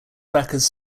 backers